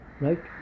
Right